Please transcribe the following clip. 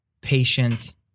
patient